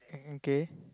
okay